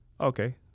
okay